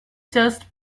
just